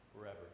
forever